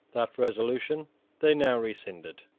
that resolution they now rescinded.